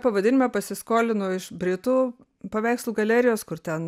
pavadinime pasiskolinau iš britų paveikslų galerijos kur ten